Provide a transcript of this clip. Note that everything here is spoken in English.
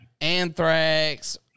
anthrax